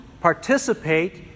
participate